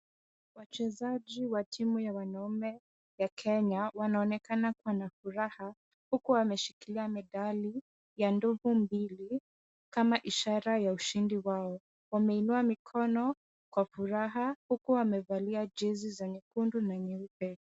Wachezaji wa timu ya wanaume ya Kenya wanaonekana kuwa na furaha, huku wameshikilia medali ya ndovu mbili kama ishara ya ushindi wao. Wameinua mkono kwa furaha huku wamevalia jezi za nyekundu na nyeupe.